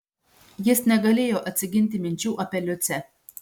jis negalėjo atsiginti minčių apie liucę